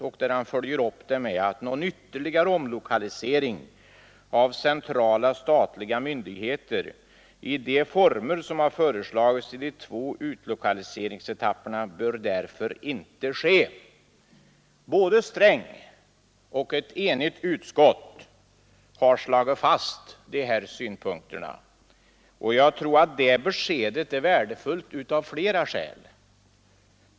Han följde upp det uttalandet med att säga: ”Någon ytterligare omlokalisering av centrala statliga myndigheter i de former som har föreslagits i de två utlokaliseringsetapperna bör därför inte ske.” Både herr Sträng och ett enigt utskott har slagit fast dessa synpunkter. Jag tror att detta besked är värdefullt av flera orsaker.